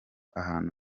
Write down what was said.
ahantu